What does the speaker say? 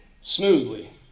smoothly